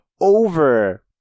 over